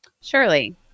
Surely